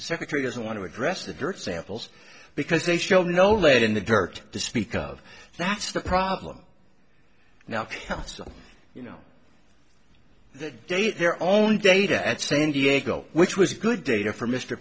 secretary doesn't want to address the dirt samples because they show no lead in the dirt to speak of that's the problem now counsel you know that day their own data at san diego which was good data for m